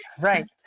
right